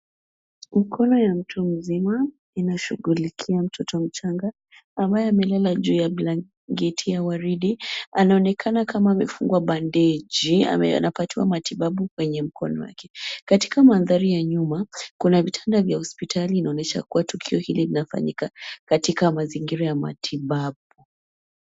Mkono ya mtu mzima inashugulikia mtoto mchanga ambaye amelala juu ya blanketi ya waridi anaonekana kama amefungwa bandeji, anapatiwa matibabu kwenye mkono wake. Katika mandhari ya nyuma kuna vitanda vya hospitali inaonyesha kuwa tukio hili linafanyika katika mazingira ya matibabu.